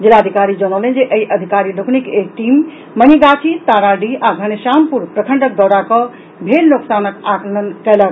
जिलाधिकारी जनौलनि जे एहि अधिकारी लोकनिक एक टीम मनिगाछी ताराडीह आ घनश्यामपुर प्रखंडक दौरा कऽ भेल नोकसानक आकलन कयलनि